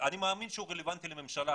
אני מאמין שהוא רלוונטי לממשלה,